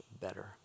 better